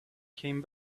came